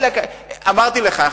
אמרתי לך.